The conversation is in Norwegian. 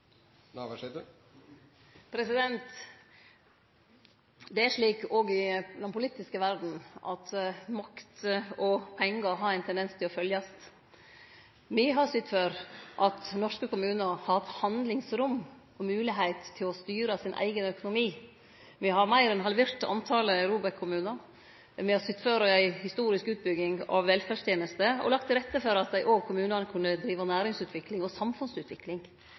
Navarsete fornøyd med at den nye regjeringen nå realiserer hennes drøm? Det er slik òg i den politiske verda at makt og pengar har ein tendens til å følgjast åt. Me har sytt for at norske kommunar har hatt handlingsrom og moglegheit til å styre sin eigen økonomi. Me har meir enn halvert talet på ROBEK-kommunar. Me har sytt for ei historisk utbygging av velferdstenester og lagt til rette for at òg kommunane har kunna drive næringsutvikling og